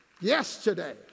Yesterday